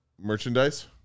merchandise